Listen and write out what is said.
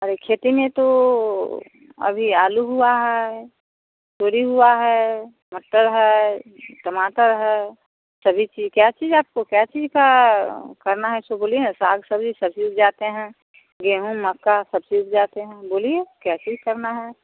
अरे खेती में तो अभी आलू हुआ है तोरी हुआ है मटर है टमाटर है सभी चीज़ क्या चीज़ आपको क्या चीज़ का करना है सो बोलिए न साग सब्जी सभी उपजाते हैं गेहूँ मक्का सब चीज़ उपजाते हैं बोलिए क्या चीज़ करना है